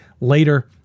later